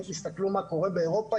אם תסתכלו מה קורה באירופה,